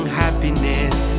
happiness